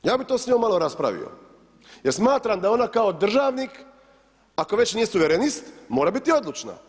Ja bih to s njom malo raspravio jer smatram da ona kao državnik ako već nije suverenist, mora biti odlučna.